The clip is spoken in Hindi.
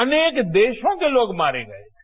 अनेक देशों के लोग मारे गए थे